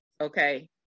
Okay